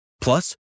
Plus